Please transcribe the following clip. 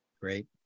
Great